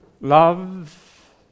Love